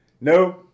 no